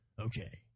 Okay